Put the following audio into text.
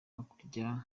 hakurya